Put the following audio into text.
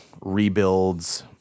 rebuilds